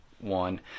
One